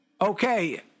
okay